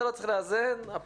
אתה לא צריך לאזן הפעם,